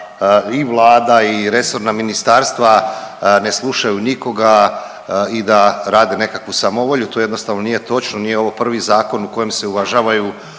i Vlada i resorna ministarstva ne slušaju nikoga i da rade nekakvu samovolju. To jednostavno nije točno, nije ovo prvi zakon u kojem se uvažavaju